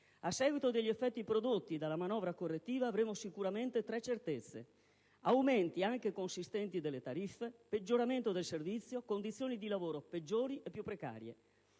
A seguito degli effetti prodotti dalla manovra correttiva avremo sicuramente tre certezze: aumenti, anche consistenti, delle tariffe; peggioramento del servizio; condizioni di lavoro peggiori e più precarie.